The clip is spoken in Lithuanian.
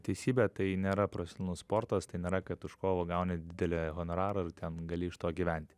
teisybė tai nėra profesionalus sportas tai nėra kad už kovą gauni didelį honorarą ir ten gali iš to gyventi